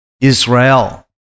Israel